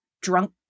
drunk